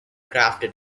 crafted